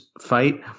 fight –